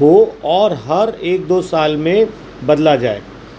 ہو اور ہر ایک دو سال میں بدلا جائے